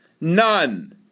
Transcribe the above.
None